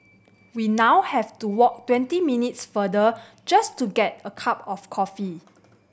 we now have to walk twenty minutes farther just to get a cup of coffee